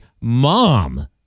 mom